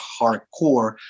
hardcore